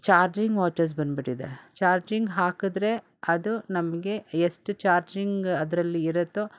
charging watches ಬಂದುಬಿಟ್ಟಿದೆ charging ಹಾಕಿದ್ರೆ ಅದು ನಮಗೆ ಎಷ್ಟು ಚಾರ್ಜಿಂಗ್ ಅದರಲ್ಲಿ ಇರತ್ತೋ